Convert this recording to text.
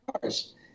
cars